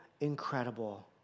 incredible